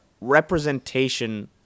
representation